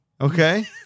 Okay